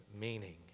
meaning